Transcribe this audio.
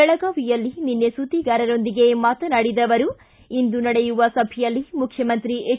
ಬೆಳಗಾವಿಯಲ್ಲಿ ನಿನ್ನೆ ಸುದ್ಗಿಗಾರರೊಂದಿಗೆ ಮಾತನಾಡಿದ ಅವರು ಇಂದು ನಡೆಯುವ ಸಭೆಯಲ್ಲಿ ಮುಖ್ಯಮಂತ್ರಿ ಎಚ್